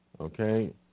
Okay